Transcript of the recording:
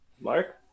Mark